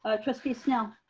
ah trustee snell.